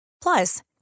Plus